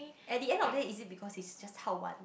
at the end of the day it is because he's just 好玩